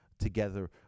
together